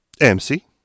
mc